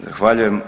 Zahvaljujem.